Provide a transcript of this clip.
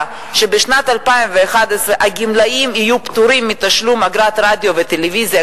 שבשנת 2011 הגמלאים יהיו פטורים מתשלום אגרת רדיו וטלוויזיה,